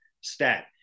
stat